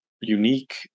unique